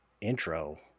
intro